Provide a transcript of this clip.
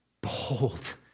Behold